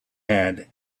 had